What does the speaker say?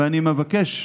אני מבקש,